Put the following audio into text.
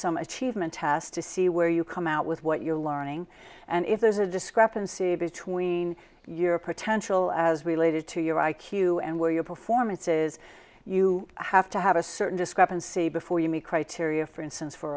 some achievement test to see where you come out with what you're learning and if there's a discrepancy between your potential as related to your i q and where your performance is you have to have a certain discrepancy before you meet criteria for instance for